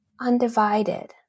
undivided